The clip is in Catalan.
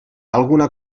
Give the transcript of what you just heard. alguna